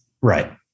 right